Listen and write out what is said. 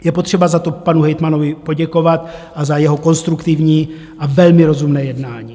Je potřeba za to panu hejtmanovi poděkovat a za jeho konstruktivní a velmi rozumné jednání.